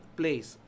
place